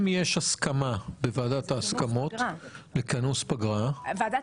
אם יש הסכמה בוועדת ההסכמות בכנוס פגרה --- ועדת